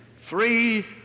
Three